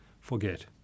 forget